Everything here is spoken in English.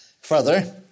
further